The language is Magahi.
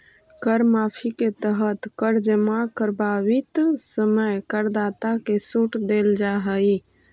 कर माफी के तहत कर जमा करवावित समय करदाता के सूट देल जाऽ हई